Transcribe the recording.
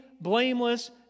blameless